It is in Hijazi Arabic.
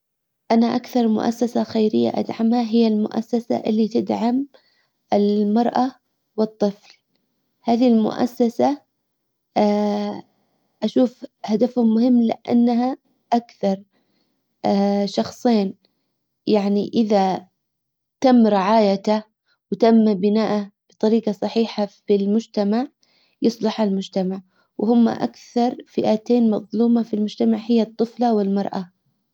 انا اكثر مؤسسة خيرية ادعمها هي المؤسسة اللي تدعم المرأة والطفل. هذه المؤسسة اشوف هدفهم مهم لانها اكثر شخصين يعني إذا تم رعايته وتم بناءه بطريقة صحيحة في المجتمع يصلح المجتمع. وهم اكثر فئتين مظلومة في المجتمع هي الطفلة والمرأة.